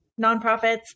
nonprofits